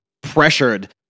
pressured